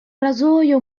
rasoio